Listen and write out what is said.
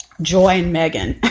join meaghan